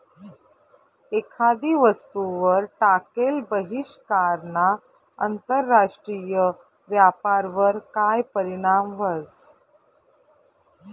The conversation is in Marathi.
एखादी वस्तूवर टाकेल बहिष्कारना आंतरराष्ट्रीय व्यापारवर काय परीणाम व्हस?